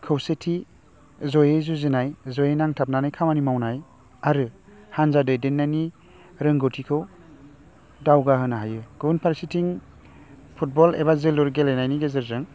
खौसेथि जयै जुजिनाय जयै नांथाबनानै खामानि मावनाय आरो हानजा दैदेननायनि रोंगौथिखौ दावगाहोनो हायो गुबुन फारसेथिं फुटबल एबा जोलुर गेलेनायनि गेजेरजों